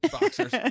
boxers